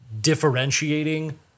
differentiating